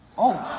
oh.